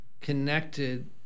connected